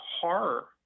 horror